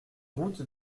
route